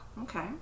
Okay